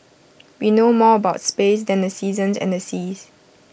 we know more about space than the seasons and the seas